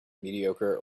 mediocre